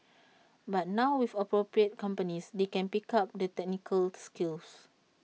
but now with appropriate companies they can pick up the technical skills